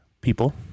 People